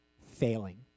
failing